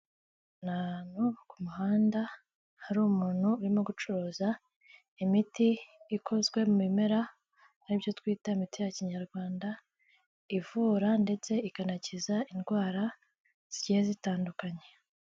Ni ahantu ku muhanda hari umuntu urimo gucuruza imiti ikozwe mu bimera, ari byo twita imiti ya kinyarwanda ivura ndetse ikanakiza indwara zigiye zitandukanye.